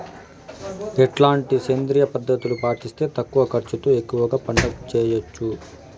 ఎట్లాంటి సేంద్రియ పద్ధతులు పాటిస్తే తక్కువ ఖర్చు తో ఎక్కువగా పంట చేయొచ్చు?